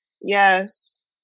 yes